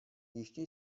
ještě